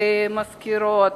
למזכירות,